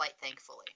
thankfully